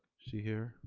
she here?